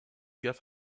gaffe